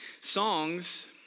Songs